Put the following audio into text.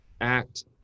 act